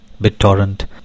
BitTorrent